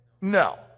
No